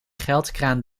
geldkraan